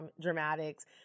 dramatics